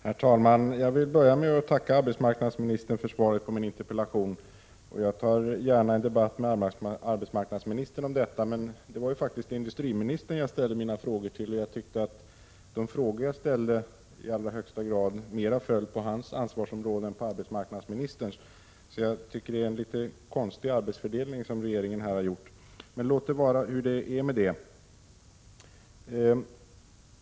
Herr talman! Jag vill börja med att tacka arbetsmarknadsministern för svaret på min interpellation. Jag tar gärna en debatt med arbetsmarknadsministern om detta, men det var faktiskt industriministern jag ställde mina frågor till, och jag tyckte att de frågorna i allra högsta grad föll på hans ansvarsområde — mycket mer än på arbetsmarknadsministerns. Det är, tycker jag, en litet konstig arbetsfördelning som regeringen här har gjort. Men låt det vara som det är med det.